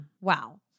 Wow